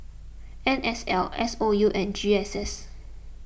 N S L S O U and G S S